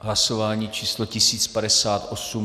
Hlasování číslo 1058.